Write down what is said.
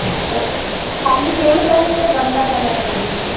तो खाली पेड़ चाहिए या गमला समेत चाहिए